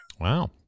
Wow